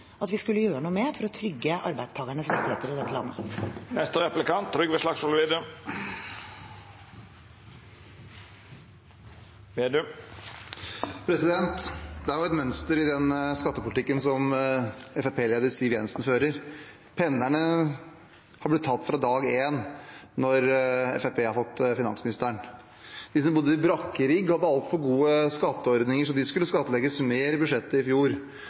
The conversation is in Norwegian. at vi skulle gjøre noe med, for å trygge arbeidstakernes rettigheter i dette landet. Det er et mønster i den skattepolitikken som Fremskrittsparti-leder Siv Jensen fører. Pendlerne har blitt tatt fra dag én når Fremskrittspartiet har hatt finansministeren. De som bodde i brakkerigg, hadde altfor gode skatteordninger, så de skulle skattlegges mer i budsjettet i fjor.